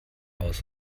aus